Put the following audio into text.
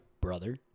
brother